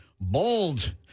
Bold